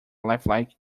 lifelike